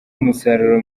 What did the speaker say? umusaruro